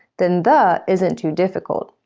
then the isn't too difficult.